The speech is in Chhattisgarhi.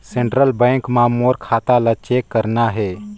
सेंट्रल बैंक मां मोर खाता ला चेक करना हे?